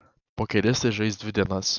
pokeristai žais dvi dienas